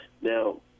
Now